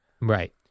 Right